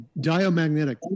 diamagnetic